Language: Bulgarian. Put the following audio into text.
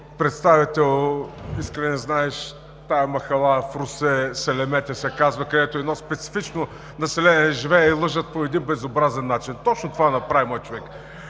представител – Искрене, знаеш тази махала в Русе – „Селеметя“ се казва, където живее едно специфично население – лъжат по един безобразен начин. Точно това направи, мой човек.